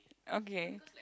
okay